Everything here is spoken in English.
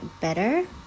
better